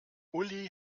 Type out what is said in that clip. uli